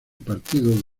partido